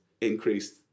increased